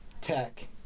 tech